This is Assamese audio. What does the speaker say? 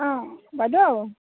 অঁ বাইদেউ